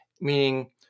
meaning